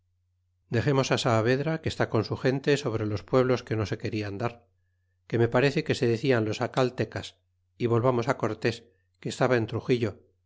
dexemos á saavedra que está con su gente sobre los pueblos que no se querian dar que me parece que se decian los aealtecas y volvamos cortés que estaba en truxillo